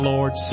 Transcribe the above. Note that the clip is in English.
Lord